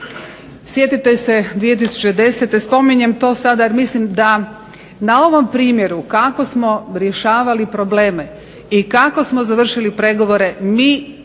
Sjetite se 2010. spominjem to sada jer mislim da na ovom primjeru kako smo rješavali probleme i kako smo završili pregovore mi, ili